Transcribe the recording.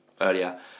earlier